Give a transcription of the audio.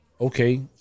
Okay